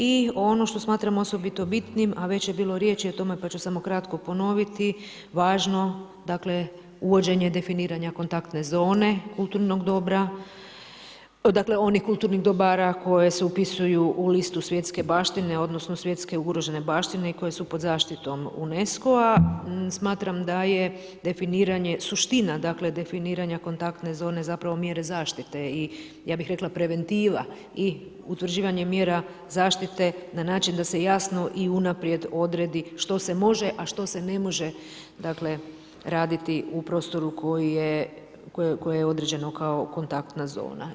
I ono što smatram osobito bitnim, a već je bilo riječi o tome pa ću samo kratko ponoviti, važno dakle uvođenje definiranja kontaktne zone kulturnog dobra, dakle onih kulturnih dobara koje se upisuju u listu svjetske baštine, odnosno svjetske ugrožene baštine i koje su pod zaštitom UNESCO-a. smatram da je definiranje suština definiranja kontaktne zone zapravo mjere zaštite i ja bih rekla preventiva i utvrđivanje mjera zaštite na način da se jasno i unaprijed odredi što se može, a što se ne može raditi u prostoru koje je određeno kao kontaktna zona.